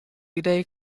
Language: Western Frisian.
idee